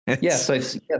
Yes